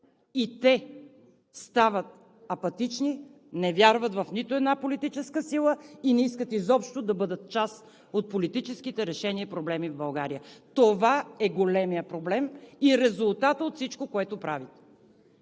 и те стават апатични, не вярват в нито една политическа сила и не искат изобщо да бъдат част от политическите решения и проблеми в България. Това е големият проблем и резултатът от всичко, което правите.